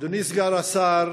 אדוני סגן השר,